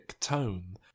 tone